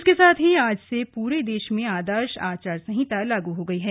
इसके साथ ही आज से पूरे देश में आदर्श आचार संहिता लागू हो गई है